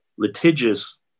litigious